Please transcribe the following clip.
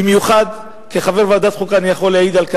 במיוחד כחבר ועדת חוקה אני יכול להעיד על כך,